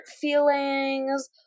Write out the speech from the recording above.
feelings